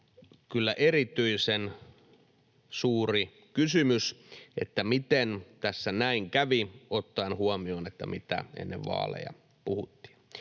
kyllä erityisen suuri kysymys, että miten tässä näin kävi, ottaen huomioon, mitä ennen vaaleja puhuttiin.